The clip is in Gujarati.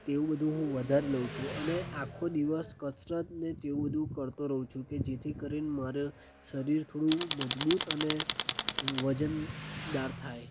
તેવું બધું હું વધારે લઉં છું અને આખો દિવસ કસરત ને તેવું બધું કરતો રહું છું કે જેથી કરીને મારે શરીર થોડું મજબૂત અને વજનદાર થાય